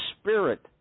spirit